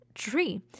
Tree